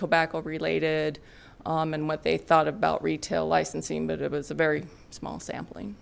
tobacco related and what they thought about retail licensing but it was a very small sampling